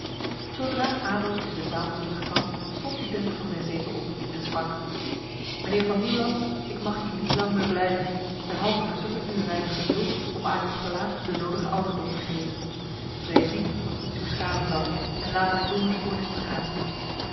zodra adolf in de zaal terugkwam stond diederik van zijn zetel op en sprak mijnheer van nieuwland ik mag hier niet lang meer blijven derhalve verzoek ik u een weinig geduld om aan uw gelaat de nodige ouderdom te geven vrees niet dat iets u schaden zal en laat mij zonder stoornis begaan